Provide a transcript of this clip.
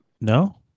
No